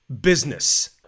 business